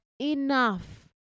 enough